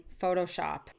Photoshop